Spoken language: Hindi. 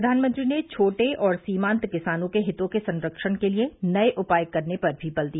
प्रधानमंत्री ने छोटे और सीमांत किसानों के हितों के संरक्षण के लिए नए उपाय करने पर भी बल दिया